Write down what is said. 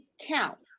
counts